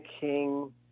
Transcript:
King